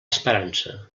esperança